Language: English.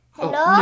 Hello